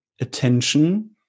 attention